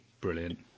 Brilliant